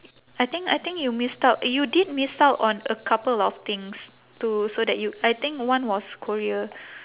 I think I think you missed out you did miss out on a couple of things to so that you I think one was korea